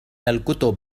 الكتب